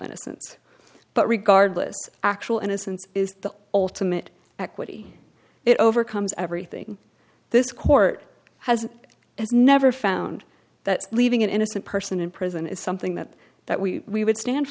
innocence but regardless actual innocence is the ultimate equity it overcomes everything this court has has never found that leaving an innocent person in prison is something that that we we would stand